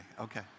Okay